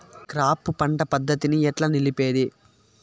Crop పంట పద్ధతిని ఎట్లా నిలిపేది?